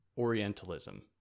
Orientalism